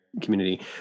community